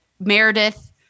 Meredith